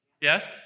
Yes